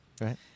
right